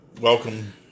welcome